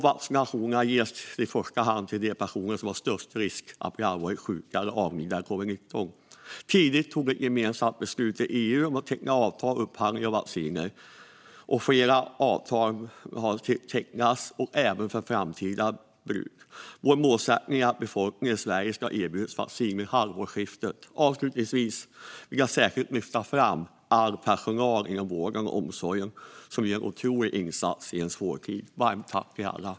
Vaccinationerna ska i första hand ges till de personer som har störst risk att bli allvarligt sjuka eller avlida i covid-19. Tidigt togs ett gemensamt beslut i EU om att teckna avtal och göra upphandlingar av vacciner. Flera avtal har tecknats, även för framtida bruk. Vår målsättning är att befolkningen i Sverige ska ha erbjudits vaccin vid halvårsskiftet. Avslutningsvis vill jag särskilt lyfta fram all personal inom vården och omsorgen, som gör en otrolig insats i en svår tid. Varmt tack till er alla!